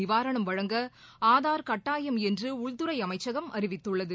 நிவாரணம் வழங்க ஆதார் கட்டாயம் என்று உள்துறை அமைச்சகம் அறிவித்துள்ளது